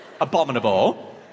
Abominable